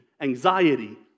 anxiety